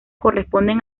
corresponden